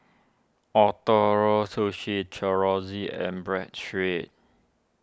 Ootoro Sushi and bread street